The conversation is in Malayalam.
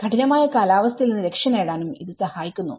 കഠിനമായ കാലാവസ്ഥയിൽ നിന്ന് രക്ഷനേടാനും ഇത് സഹായിക്കുന്നു